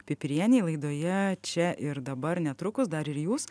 pipirienei laidoje čia ir dabar netrukus dar ir jūs